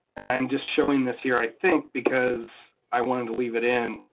and i'm just showing this here, i think, because i wanted to leave it in,